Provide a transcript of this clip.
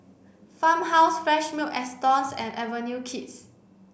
Farmhouse Fresh Milk Astons and Avenue Kids